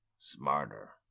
Smarter